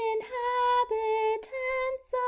Inhabitants